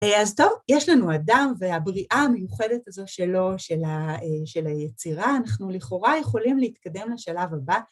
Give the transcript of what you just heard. אז טוב, יש לנו אדם והבריאה המיוחדת הזו שלו, של היצירה, אנחנו לכאורה יכולים להתקדם לשלב הבא.